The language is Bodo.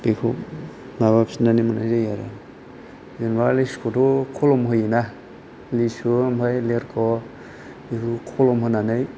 बेखौ माबाफिननानै मोननाय जायो आरो जेन'बा लिसुखौथ' खोलोम होयोना लिसु ओमफ्राय लेरख' बिसोरखौ खोलोम होनानै